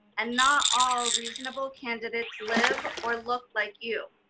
and not all reasonable candidates live or look like you.